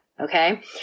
Okay